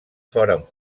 foren